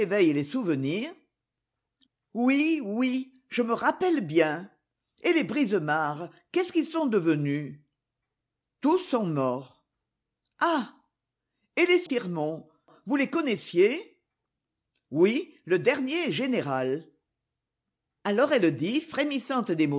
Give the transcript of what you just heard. qu'éveillent les souvenirs oui oui je me rappelle bien et les brisemare qu'est-ce qu'ils sont devenus tous sont morts ah et les sirmont vous les connaissiez oui le dernier est général alors elle dit frémissante